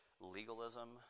Legalism